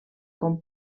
com